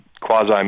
quasi